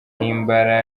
himbara